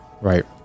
Right